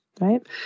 right